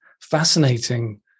fascinating